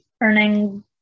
earning